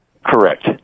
Correct